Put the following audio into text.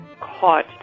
caught